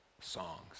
songs